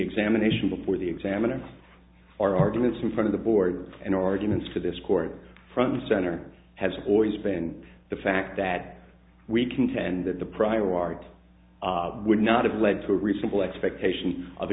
examination before the examiner our arguments in front of the board and arguments for this court from the center has always been the fact that we contend that the prior art would not have led to a reasonable expectation of